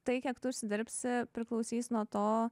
tai kiek tu užsidirbsi priklausys nuo to